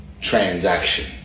transaction